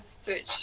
Switch